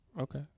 okay